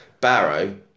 Barrow